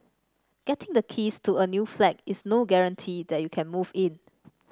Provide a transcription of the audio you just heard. getting the keys to a new flat is no guarantee that you can move in